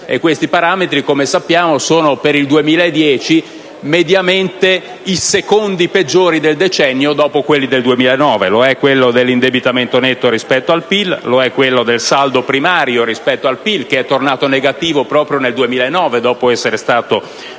Questi parametri, per il 2010, sono mediamente i secondi peggiori del decennio dopo quelli del 2009. Lo è il parametro dell'indebitamento netto rispetto al PIL; lo è quello del saldo primario rispetto al PIL, tornato negativo proprio nel 2009 dopo essere stato